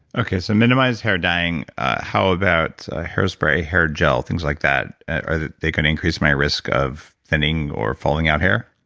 so minimize hair dying. how about ah hairspray, hair gel, things like that or they can increase my risk of thinning or falling out hair?